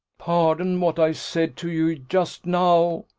pardon what i said to you just now,